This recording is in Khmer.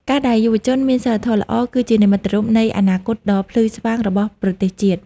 ការដែលយុវជនមានសីលធម៌ល្អ គឺជានិមិត្តរូបនៃអនាគតដ៏ភ្លឺស្វាងរបស់ប្រទេសជាតិ។